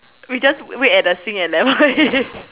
we just wait at the sink and then we